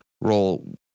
roll